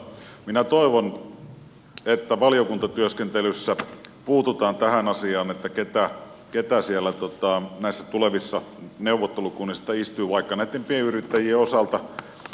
minä toivon että valiokuntatyöskentelyssä puututaan tähän asiaan keitä näissä tulevissa neuvottelukunnissa istuu vaikka näitten pienyrittäjien osalta